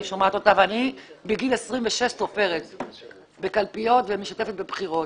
אני שומעת אותה ואני מגיל 26 סופרת בקלפיות ומשתתפת בבחירות.